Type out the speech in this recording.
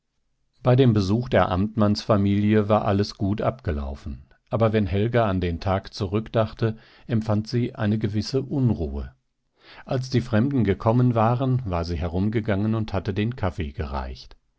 bei dem besuch der amtmannsfamilie war alles gut abgelaufen aber wenn helga an den tag zurückdachte empfand sie eine gewisse unruhe als die fremden gekommen waren war sie herumgegangen und hatte den kaffee gereicht